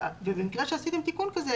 במקרה שעשיתם תיקון כזה,